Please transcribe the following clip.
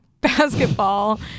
basketball